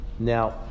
Now